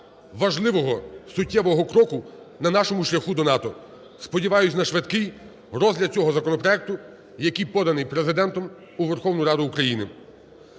важливого суттєвого кроку на нашому шляху до НАТО. Сподіваюсь, на швидкий розгляд цього законопроекту, який поданий Президентом у Верховну Раду України.